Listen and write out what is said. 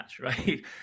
right